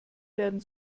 werden